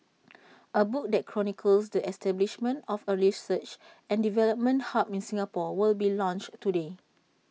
A book that chronicles the establishment of A research and development hub in Singapore will be launched today